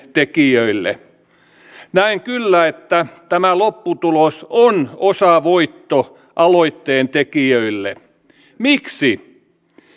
tekijöille näen kyllä niin että tämä lopputulos on osavoitto aloitteentekijöille miksi